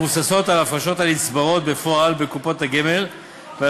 המבוססות על ההפרשות הנצברות בפועל בקופות הגמל ועל